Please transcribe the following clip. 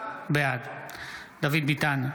בעד דוד ביטן,